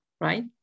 right